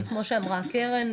כמו שאמרה קרן,